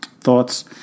Thoughts